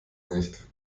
nicht